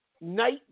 night